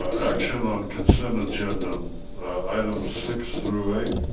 action. on consent agenda items, six through eight.